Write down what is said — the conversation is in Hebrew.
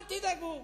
אל תדאגו,